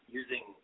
using